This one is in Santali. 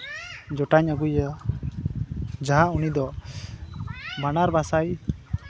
ᱡᱚᱴᱟᱣ ᱤᱧ ᱟᱹᱜᱩᱭᱟ ᱡᱟᱦᱟᱸ ᱩᱱᱤ ᱫᱚ ᱵᱟᱱᱟᱨ ᱵᱷᱟᱥᱟᱭ